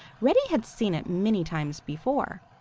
reddy had seen it many times before.